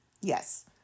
Yes